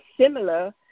similar